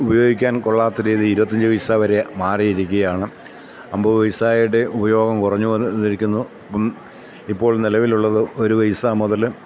ഉപയോഗിക്കാൻ കൊള്ളാത്ത രീതിയില് ഇരുപത്തിയഞ്ച് പൈസ വരെ മാറിയിരിക്കുകയാണ് അമ്പത് പൈസയുടെ ഉപയോഗം കുറഞ്ഞിരിക്കുന്നു ഇപ്പോൾ നിലവിലുള്ളത് ഒരു പൈസ മുതല്